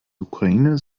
ukraine